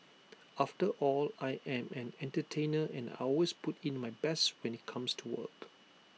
after all I am an entertainer and I always put in my best when IT comes to work